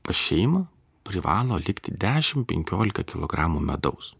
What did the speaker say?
pas šeimą privalo likti dešimt penkiolika kilogramų medaus